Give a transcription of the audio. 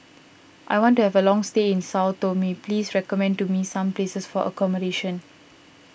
I want to have a long stay in Sao Tome please recommend to me some places for accommodation